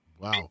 Wow